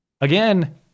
Again